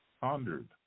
pondered